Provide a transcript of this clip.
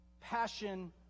passion